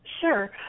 Sure